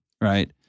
right